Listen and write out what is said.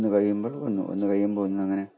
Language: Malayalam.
ഒന്ന് കഴിയുമ്പോൾ ഒന്ന് ഒന്ന് കഴിയുമ്പം ഒന്ന് അങ്ങനെ